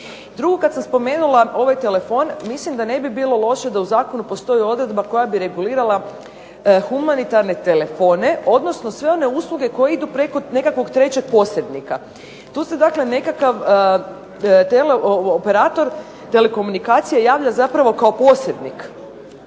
Drugo kad sam spomenula ovaj telefon mislim da ne bi bilo loše da u zakonu postoji odredba koja bi regulirala humanitarne telefone, odnosno sve one usluge koje idu preko nekakvog trećeg posrednika. Tu se dakle nekakav tele operator, telekomunikacije javlja zapravo kao posrednik.